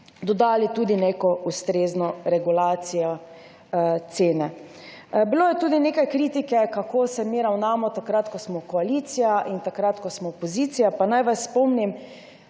dodali tudi neko ustrezno regulacijo cene. Bilo je tudi nekaj kritike, kako se mi ravnamo takrat, ko smo koalicija, in takrat, ko smo opozicija. Pa naj vas spomnim,